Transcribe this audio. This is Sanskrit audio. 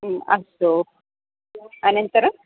म् अस्तु अनन्तरम्